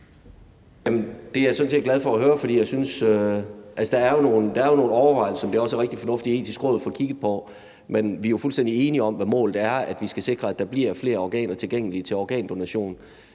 Det er jeg sådan set glad for at høre, for der er jo nogle overvejelser, som det er rigtig fornuftigt at Det Etiske Råd får kigget på, men vi er fuldstændig enige om, hvad målet er: at vi skal sikre, at der bliver flere organer tilgængelige til organdonation,